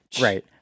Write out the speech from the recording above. Right